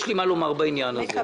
יש לי מה לומר בעניין הזה.